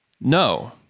no